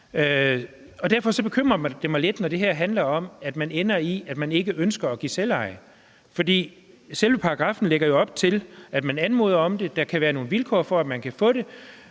Derfor bekymrer det mig lidt, når det her handler om, at man ender op i, at man ikke ønsker at give selveje. For selve paragraffen lægger jo op til, at man anmoder om det; der kan være nogle vilkår for, at man kan få det;